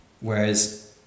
Whereas